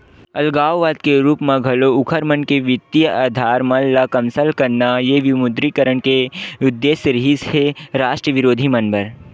अलगाववाद के रुप म घलो उँखर मन के बित्तीय अधार मन ल कमसल करना ये विमुद्रीकरन के उद्देश्य रिहिस हे रास्ट बिरोधी मन बर